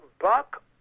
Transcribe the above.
Buck